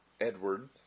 Edward